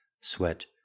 sweat